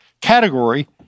category